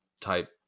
type